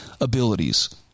abilities